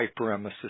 hyperemesis